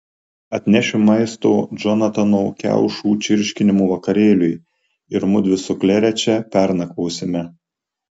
atnešiu maisto džonatano kiaušų čirškinimo vakarėliui ir mudvi su klere čia pernakvosime